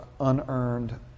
unearned